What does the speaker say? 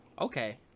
Okay